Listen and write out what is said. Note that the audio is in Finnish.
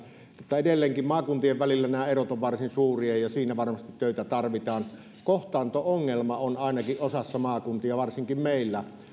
mutta edelleenkin maakuntien välillä erot ovat varsin suuria ja siinä varmasti töitä tarvitaan kohtaanto ongelma on ainakin osassa maakuntia varsinkin meillä